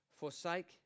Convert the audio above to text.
Forsake